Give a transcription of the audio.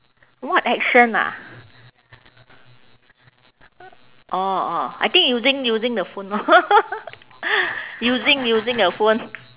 what action ah orh orh I think using using the phone orh using using a phone